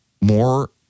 more